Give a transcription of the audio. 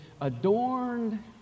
adorned